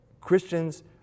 Christians